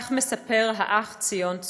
כך מספר האח ציון צור: